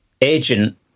agent